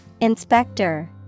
Inspector